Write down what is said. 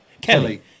Kelly